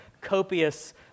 copious